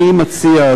אני מציע,